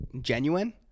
genuine